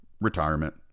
retirement